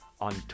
on